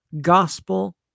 gospel